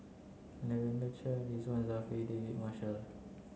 Lavender Chang Ridzwan Dzafir Marshall